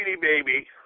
Baby